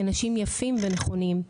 אנשים יפים ונכונים.